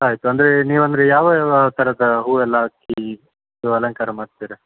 ಆಯಿತು ಅಂದರೆ ನೀವಂದರೆ ಯಾವ ಯಾವ ಥರದ ಹೂವೆಲ್ಲ ಹಾಕಿ ನೀವು ಅಲಂಕಾರ ಮಾಡ್ತೀರಾ